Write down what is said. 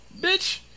Bitch